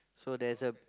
so there is a